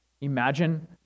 Imagine